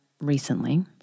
recently